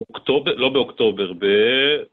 אוקטובר, לא באוקטובר, ב...